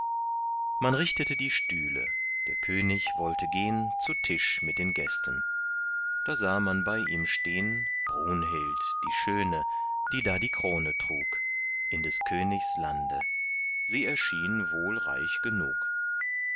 man richtete die stühle der könig wollte gehn zu tisch mit den gästen da sah man bei ihm stehn brunhild die schöne die da die krone trug in des königs lande sie erschien wohl reich genug